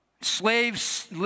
slaves